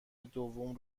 دوم